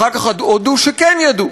אחר כך הודו שכן ידעו,